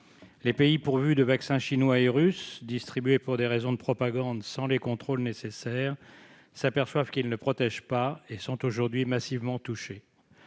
Les pays pourvus de vaccins chinois et russes, distribués pour des raisons de propagande, sans les contrôles nécessaires, s'aperçoivent qu'ils ne protègent pas et sont aujourd'hui massivement touchés.